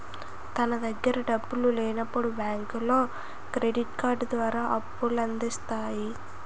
తన దగ్గర డబ్బులు లేనప్పుడు బ్యాంకులో క్రెడిట్ కార్డు ద్వారా అప్పుల అందిస్తాయి